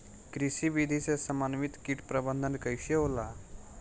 कृषि विधि से समन्वित कीट प्रबंधन कइसे होला?